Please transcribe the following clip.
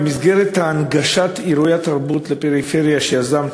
במסגרת הנגשת אירועי התרבות לפריפריה שיזמת,